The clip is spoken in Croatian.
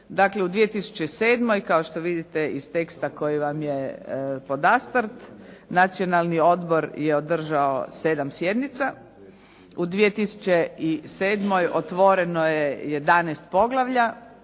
Dakle u 2007., kao što vidite iz teksta koji vam je podastrt, Nacionalni odbor je održao 7 sjednica. U 2007. otvoreno je 11 poglavlja